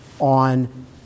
on